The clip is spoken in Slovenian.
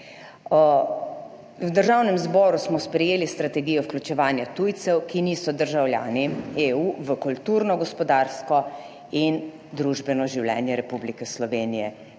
V Državnem zboru smo sprejeli strategijo vključevanja tujcev, ki niso državljani EU, v kulturno, gospodarsko in družbeno življenje Republike Slovenije.